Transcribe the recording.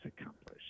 accomplished